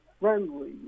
friendly